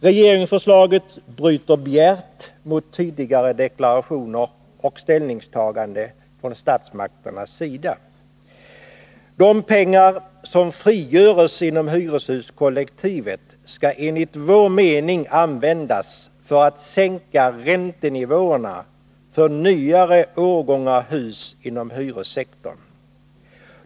Regeringsförslaget bryter bjärt mot tidigare deklarationer och ställningstaganden från statsmakternas sida. De pengar som frigörs inom hyreshuskollektivet skall enligt vår mening användas för att sänka räntenivåerna för nyare årgångar hus inom hyressektorn.